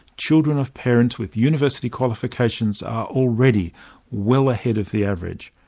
children of parents with university qualifications are already well ahead of the average.